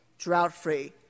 drought-free